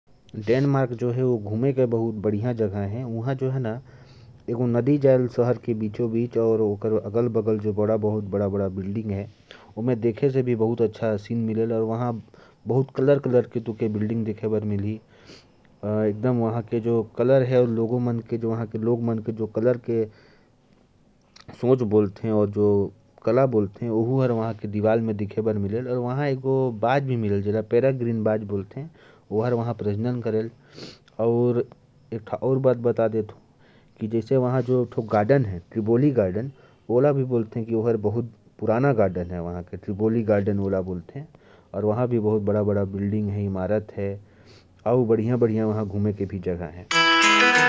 डेनमार्क घूमने के लिए बहुत बढ़िया जगह है। डेनमार्क शहर के बीचों-बीच एक नदी बहती है, और उसके दोनों तरफ बहुत सुंदर इमारतें हैं। वहां के लोग रंगों का बहुत सुंदर तरीके से इस्तेमाल करते हैं, जो उनके सोच और संस्कृति को दर्शाता है। यह एक बढ़िया पर्यटन स्थल है।